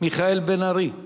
מיכאל בן-ארי.